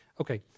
Okay